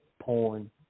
porn